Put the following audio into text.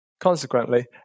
Consequently